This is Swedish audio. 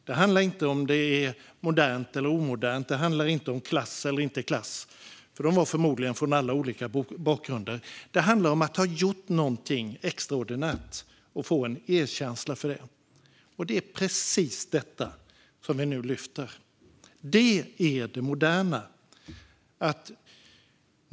Det handlar inte om huruvida det är modernt eller omodernt, och det handlar inte om klass - de var förmodligen från alla möjliga olika bakgrunder - utan det handlar om att ha gjort någonting extraordinärt och få erkänsla för det. Det är precis detta som vi nu lyfter. Det är det moderna.